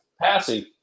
passing